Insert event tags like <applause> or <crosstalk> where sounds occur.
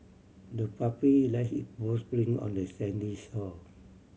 the puppy left it paw <unintelligible> print on the sandy shore